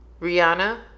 Rihanna